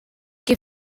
què